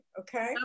okay